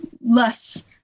less